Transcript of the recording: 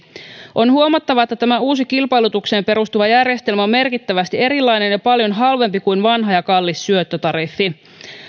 on huomattava että tämä uusi kilpailutukseen perustuva järjestelmä on merkittävästi erilainen ja paljon halvempi kuin vanha ja kallis syöttötariffi